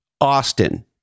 Austin